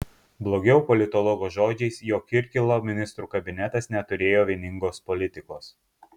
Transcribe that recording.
blogiau politologo žodžiais jog kirkilo ministrų kabinetas neturėjo vieningos politikos